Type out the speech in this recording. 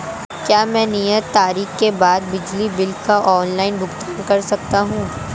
क्या मैं नियत तारीख के बाद बिजली बिल का ऑनलाइन भुगतान कर सकता हूं?